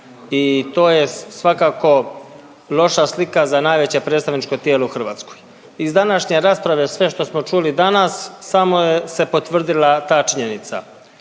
i to je svakako loša slika za najveće predstavničko tijelo u Hrvatskoj. Iz današnje rasprave sve što smo čuli danas samo se potvrdila ta činjenica.